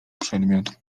przedmiot